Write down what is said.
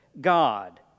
God